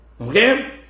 Okay